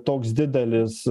toks didelis